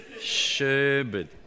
sherbet